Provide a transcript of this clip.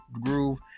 groove